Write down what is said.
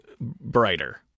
brighter